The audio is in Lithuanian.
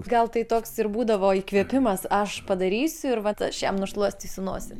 gal tai toks ir būdavo įkvėpimas aš padarysiu ir vat aš jam nušluostysiu nosį